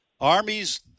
Armies